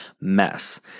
mess